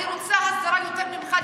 אני רוצה הסדרה יותר ממך,